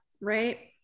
Right